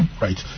right